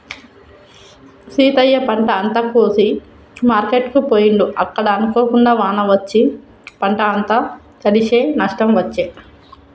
సీతయ్య పంట అంత కోసి మార్కెట్ కు పోయిండు అక్కడ అనుకోకుండా వాన వచ్చి పంట అంత తడిశె నష్టం వచ్చే